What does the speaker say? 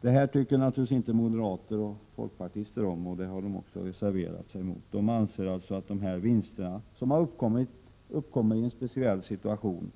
Det här tycker naturligtvis inte moderater och folkpartister om. De har också reserverat sig. Således anser de att dessa vinster skall tillfalla ägarna eftersom de har uppkommit i en speciell situation.